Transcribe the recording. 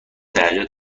درجا